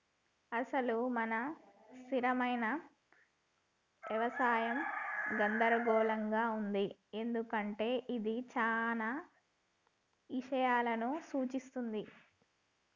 అసలు మన స్థిరమైన యవసాయం గందరగోళంగా ఉంది ఎందుకంటే ఇది చానా ఇషయాలను సూఛిస్తుంది